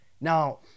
Now